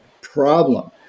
problem